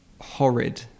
horrid